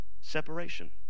separation